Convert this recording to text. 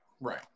Right